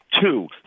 Two